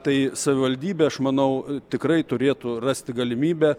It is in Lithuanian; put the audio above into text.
tai savivaldybė aš manau tikrai turėtų rasti galimybę